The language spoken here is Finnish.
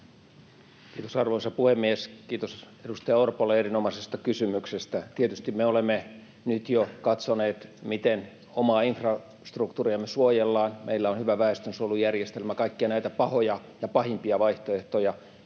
Kiitos, arvoisa puhemies! Kiitos edustaja Orpolle erinomaisesta kysymyksestä. Tietysti me olemme nyt jo katsoneet, miten omaa infrastruktuuriamme suojellaan. Meillä on hyvä väestönsuojelujärjestelmä kaikkia näitä pahoja ja pahimpia vaihtoehtoja